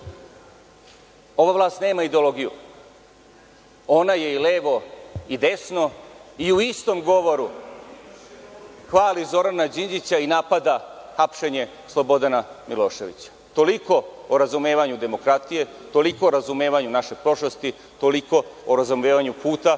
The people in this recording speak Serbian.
ova vlast nema ideologiju. Ona je i levo i desno i u istom govoru hvali Zorana Đinđića i napada hapšenje Slobodana Miloševića. Toliko o razumevanju demokratije. Toliko o razumevanju naše prošlosti. Toliko o razumevanju puta